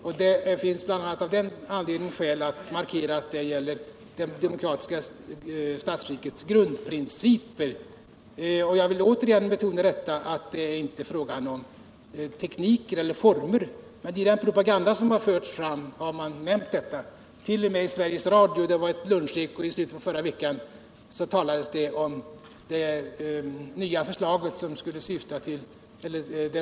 a. av den anledningen finns det skäl att markera att det handlar om det demokratiska statsskickets grundprinciper. Jag vill dock återigen betona att det inte här gäller teknik eller form. I den propaganda som förts fram har man nämnt detta, t.o.m. i Sveriges Radio. I ett luncheko i slutet av förra veckan talade man om det nya förslaget.